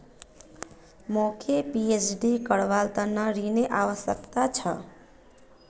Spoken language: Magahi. मौक पीएचडी करवार त न ऋनेर आवश्यकता छ